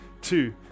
Two